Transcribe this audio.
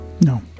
No